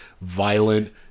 violent